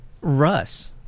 Russ